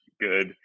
good